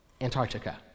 Antarctica